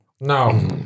No